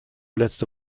letzte